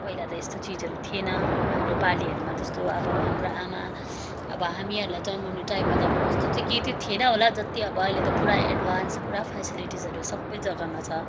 पहिला त यस्तो चिजहरू थिएन हाम्रो पालिहरूमा त जस्तो अब हाम्रो आमा अब हामीहरूलाई जन्माउने टाइममा त अब कस्तो थियो केही त थिएन होला जति अब अहिले त पुरा अब एडभान्स पुरा फ्यासिलिटिसहरू सबै जग्गामा छ